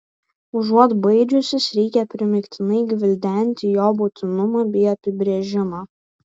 užuot baidžiusis reikia primygtinai gvildenti jo būtinumą bei apibrėžimą